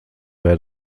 wer